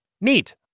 Neat